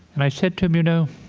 and i said to him, you know,